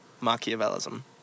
Machiavellism